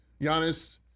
Giannis